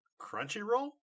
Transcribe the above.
Crunchyroll